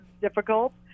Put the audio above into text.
difficult